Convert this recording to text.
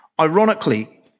Ironically